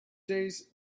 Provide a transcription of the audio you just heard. days